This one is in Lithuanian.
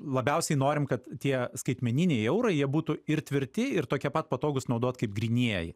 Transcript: labiausiai norim kad tie skaitmeniniai eurai jie būtų ir tvirti ir tokie pat patogūs naudot kaip grynieji